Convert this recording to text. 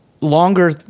longer